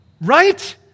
right